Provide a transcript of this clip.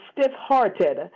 stiff-hearted